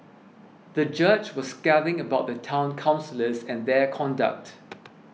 the judge was scathing about the Town Councillors and their conduct